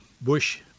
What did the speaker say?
Bush